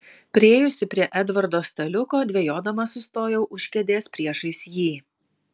priėjusi prie edvardo staliuko dvejodama sustojau už kėdės priešais jį